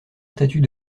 statut